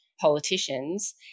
politicians